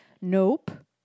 Nope